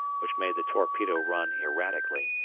which made the torpedo run erratically,